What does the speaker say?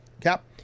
Cap